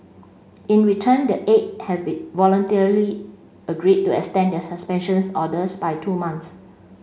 in return the eight have be voluntarily agreed to extend their suspensions orders by two months